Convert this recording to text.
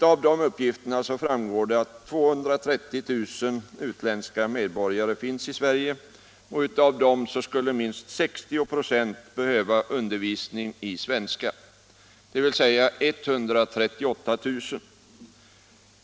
Dessa uppgifter visar att det finns 230 000 utländska medborgare i Sverige och att minst 60 96 av dessa, dvs. 138 000, skulle behöva undervisning i svenska.